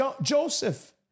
Joseph